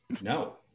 No